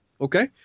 Okay